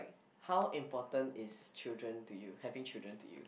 how important is children to you having children to you